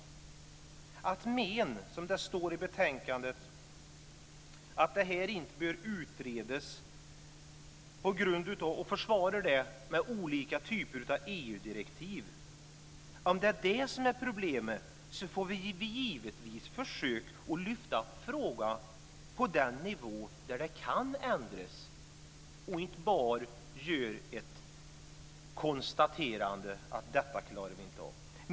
Man menar, som det står i betänkandet, att det här inte behöver utredas och försvarar det med olika typer av EU-direktiv.